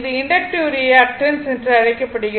இது inductive reactance என்று அழைக்கப்படுகிறது